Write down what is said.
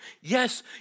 Yes